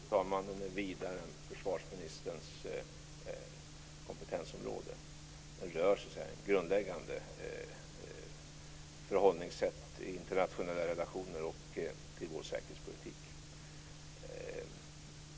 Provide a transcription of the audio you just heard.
Fru talman! Den här frågan är vidare än försvarsministerns kompetensområde. Den rör ett grundläggande förhållningssätt, internationella relationer och vår säkerhetspolitik.